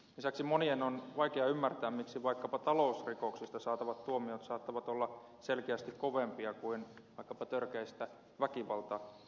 lisäksi monien on vaikea ymmärtää miksi vaikkapa talousrikoksista saatavat tuomiot saattavat olla selkeästi kovempia kuin vaikkapa törkeistä väkivaltarikoksista